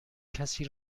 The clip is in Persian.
کسی